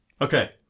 Okay